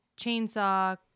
chainsaw